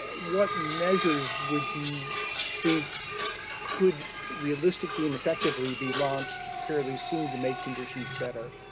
ah what measures would you think could realistically and effectively be launched fairly soon to make conditions better?